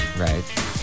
Right